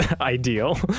ideal